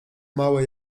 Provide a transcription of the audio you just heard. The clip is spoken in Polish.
małe